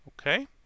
Okay